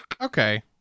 Okay